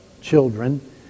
children